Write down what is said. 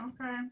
Okay